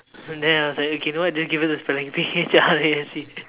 then I was like okay do you know what just give her the spelling P H R A S E